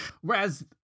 whereas